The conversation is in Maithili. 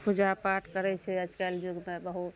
पूजा पाठ करय छै आजकल युगमे बहुत